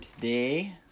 today